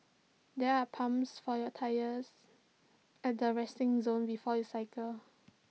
there are pumps for your tyres at the resting zone before you cycle